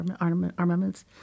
armaments